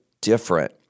different